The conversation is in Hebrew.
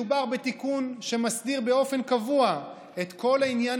מדובר בתיקון שמסדיר באופן קבוע את כל עניין